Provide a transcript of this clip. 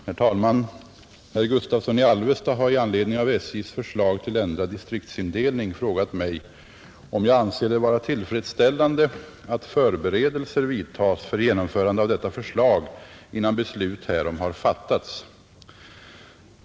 Herr talman! Herr Gustavsson i Alvesta har i anledning av SJ:s förslag till ändrad distriktsindelning frågat mig, om jag anser det vara tillfredsställande att förberedelser vidtas för genomförande av detta förslag innan beslut härom har fattats.